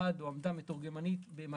עמד או עמדה מתורגמנית במגע.